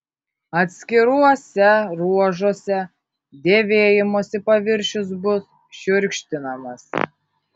atskiruose ruožuose dėvėjimosi paviršius bus šiurkštinamas